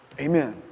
amen